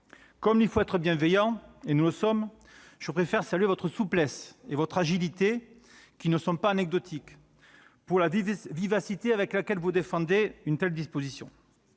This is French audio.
Comme il faut être bienveillant-et nous le sommes -, je préfère saluer votre souplesse et votre agilité, qui ne sont pas anecdotiques, ainsi que la vivacité avec laquelle vous défendez une telle disposition.